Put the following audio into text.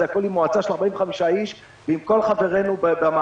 זה הכול עם מועצה של 45 איש ועם כל חברינו במערכת